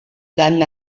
that